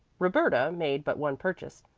roberta made but one purchase,